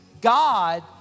God